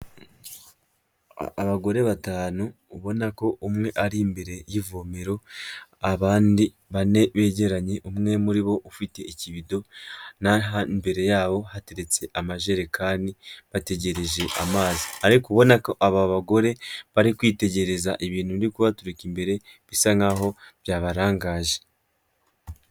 Abagore batanu ubona ko umwe ari imbere y'ivomero, abandi bane begeranye umwe muri bo ufite ikibido n'aha imbere yabo hateretse amajerekani bategereje amazi ariko ubona ko aba bagore bari kwitegereza ibintu biri kubaturuka imbere bisa nk'aho byabarangaje.